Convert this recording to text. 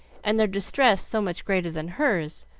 and their distress so much greater than hers,